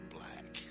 Black